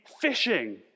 fishing